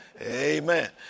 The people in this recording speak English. Amen